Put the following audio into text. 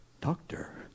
doctor